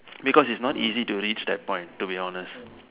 because it's not easy to reach that point to be honest